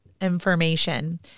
information